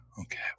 Okay